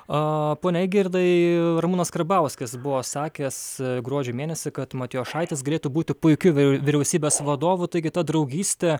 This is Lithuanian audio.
o pone eigirdai ramūnas karbauskis buvo sakęs gruodžio mėnesį kad matijošaitis galėtų būti puikiu vyriausybės vadovu taigi ta draugystė